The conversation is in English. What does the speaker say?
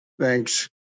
thanks